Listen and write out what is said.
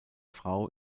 frau